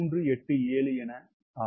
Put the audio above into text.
387 ஆக இருக்கும்